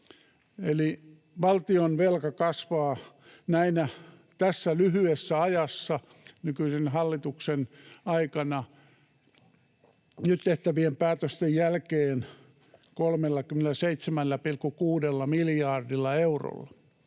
valtionvelka kasvaa tässä lyhyessä ajassa nykyisen hallituksen aikana nyt tehtävien päätösten jälkeen 37,6 miljardilla eurolla.